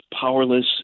powerless